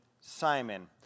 Simon